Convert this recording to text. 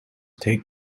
take